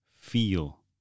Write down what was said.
feel